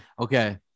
Okay